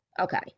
Okay